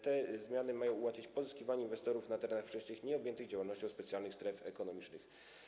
Te zmiany mają ułatwić pozyskiwanie inwestorów na terenach wcześniej nieobjętych działalnością specjalnych stref ekonomicznych.